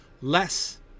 less